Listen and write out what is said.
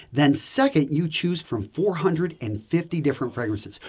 then, second you choose from four hundred and fifty different fragrances.